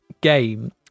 game